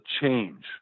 Change